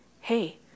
Hey